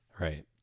Right